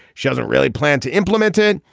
she doesn't really plan to implement it.